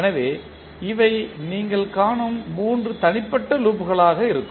எனவே இவை நீங்கள் காணும் மூன்று தனிப்பட்ட லூப்களாக இருக்கும்